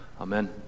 Amen